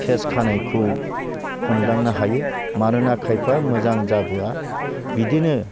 face खानायखौ हमदांनो हायो मानोना खायफा मोजां जाबोआ बिदिनो